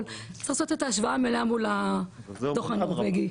אבל צריך לעשות את ההשוואה המלאה מול הדו"ח הנורבגי.